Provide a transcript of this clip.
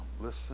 Listen